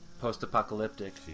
post-apocalyptic